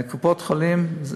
קופות-חולים,